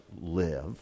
live